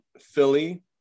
Philly